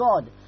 God